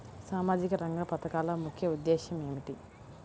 సామాజిక రంగ పథకాల ముఖ్య ఉద్దేశం ఏమిటీ?